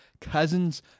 Cousins